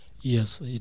Yes